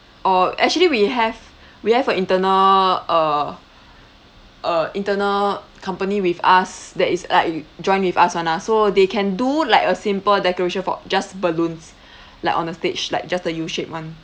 or actually we have we have a internal uh uh internal company with us that is like joint with us one lah so they can do like a simple decoration for just balloons like on a stage like just the U shaped one